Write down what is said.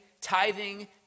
tithing